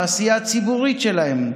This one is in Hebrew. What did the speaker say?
בעשייה הציבורית שלהם,